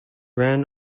ran